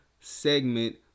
segment